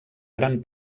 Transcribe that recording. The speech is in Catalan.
gran